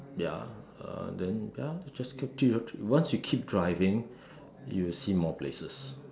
ya uh then ya you just keep drive once you keep driving you will see more places